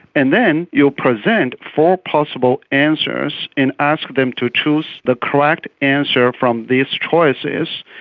and then you will present four possible answers and ask them to choose the correct answer from these choices.